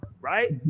right